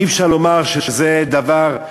אי-אפשר לומר שזה דבר,